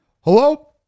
hello